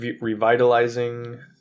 revitalizing